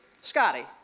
Scotty